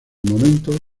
momento